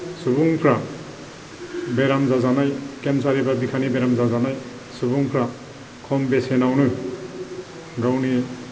सुबुंफ्रा बेराम जाजानाय केन्सार एबा बिखानि बेराम जाजानाय सुबुंफ्रा खम बेसेनावनो गावनि